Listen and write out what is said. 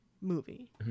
movie